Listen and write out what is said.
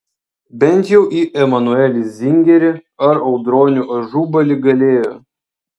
bent jau į emanuelį zingerį ar audronių ažubalį galėjo